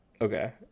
Okay